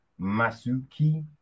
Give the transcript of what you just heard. Masuki